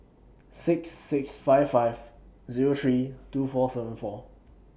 six six five five Zero three two four seven four